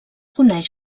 coneix